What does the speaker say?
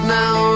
now